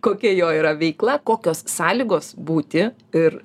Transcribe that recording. kokia jo yra veikla kokios sąlygos būti ir